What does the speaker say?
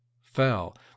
fell